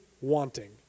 wanting